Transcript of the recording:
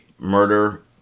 murder